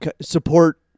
Support